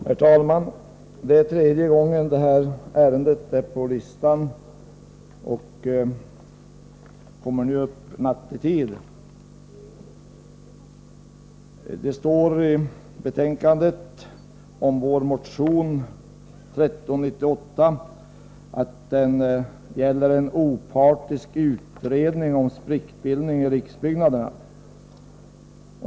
Herr talman! Det är tredje gången det här ärendet finns på föredragningslistan, och det kommer nu upp till behandling nattetid. Det står i betänkandet om vår motion 1398 att den gäller en opartisk utredning ”om sprickbildning i riksbyggnaderna”.